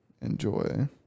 enjoy